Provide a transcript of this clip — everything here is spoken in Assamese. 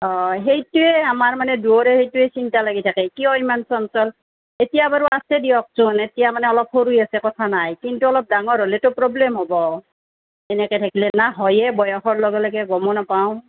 অঁ সেইটোৱে আমাৰ মানে দুয়োৰে সেইটোৱে চিন্তা লাগি থাকে কিয় ইমান চঞ্চল এতিয়া বাৰু আছে দিয়কচোন এতিয়া মানে অলপ সৰু হৈ আছে কথা নাই কিন্তু অলপ ডাঙৰ হ'লেতো প্ৰব্লেম হ'ব তেনেকৈ থাকিলে না হয়ে বয়সৰ লগে লগে গমো নাপাওঁ